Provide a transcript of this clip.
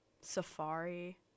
safari